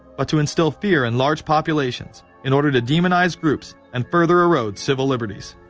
but to instill fear in large populations, in order to demonize groups and further erode civil liberties.